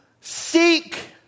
seek